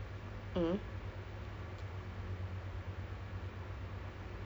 that come to us and then they say that oh I want you to make this app for shopee